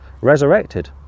resurrected